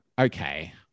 okay